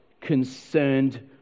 concerned